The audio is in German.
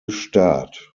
staat